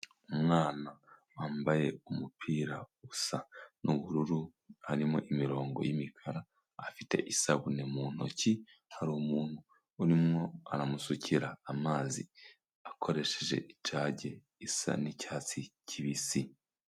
Umwana wambaye umupira usa n'ubururu harimo imirongo y'imikara afite isabune mu ntoki, hari umuntu urimo aramusukira amazi akoresheje ijage isa n'icyatsi kibisi.